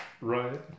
right